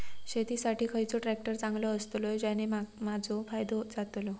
शेती साठी खयचो ट्रॅक्टर चांगलो अस्तलो ज्याने माजो फायदो जातलो?